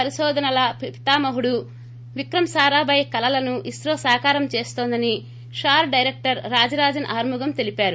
పరిశోధనల పితామహుడు విక్రమ్ సారాభాయ్ కలలను ఇస్రో సాకారం చేస్తోందని షార్ డైరెక్టర్ రాజ రాజన్ ఆర్మూగం తెలిపారు